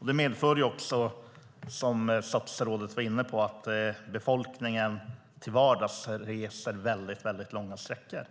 Det medför, som statsrådet var inne på, att befolkningen till vardags reser väldigt långa sträckor.